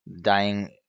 dying